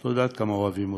את לא יודעת כמה אוהבים אותך,